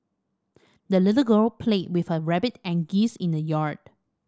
the little girl played with her rabbit and geese in the yard